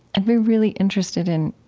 i'd be really interested in,